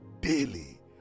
daily